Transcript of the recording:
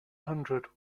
hundred